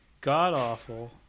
god-awful